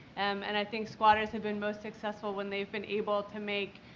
um and i think squatters have been most successful when they've been able to make,